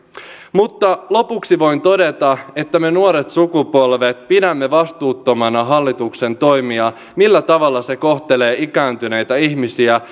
mutta lopuksi voin todeta että me nuoret sukupolvet pidämme vastuuttomana hallituksen toimia millä tavalla se kohtelee ikääntyneitä ihmisiä